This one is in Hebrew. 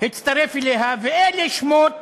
הצטרף אליה, ואלה שמות